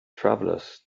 travelers